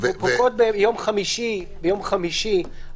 ביום חמישי,